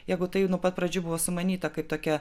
jeigu tai nuo pat pradžių buvo sumanyta kaip tokia